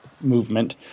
movement